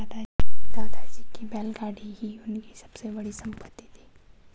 दादाजी की बैलगाड़ी ही उनकी सबसे बड़ी संपत्ति थी